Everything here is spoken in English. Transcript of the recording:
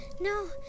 No